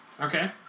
okay